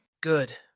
Good